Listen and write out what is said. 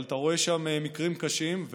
אבל אתה רואה שם מקרים קשים.